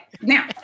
now